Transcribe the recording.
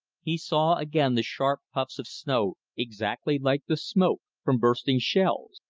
he saw again the sharp puffs of snow, exactly like the smoke from bursting shells,